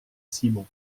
simon